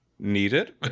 needed